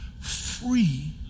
free